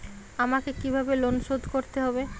আমাকে কিভাবে লোন শোধ করতে হবে?